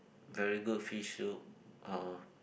very good fish soup or